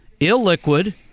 Illiquid